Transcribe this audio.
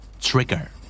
Trigger